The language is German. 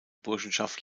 burschenschaft